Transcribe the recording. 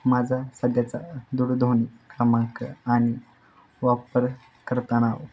माझा सध्याचा दुरध्वनी क्रमांक आणि वापर करताना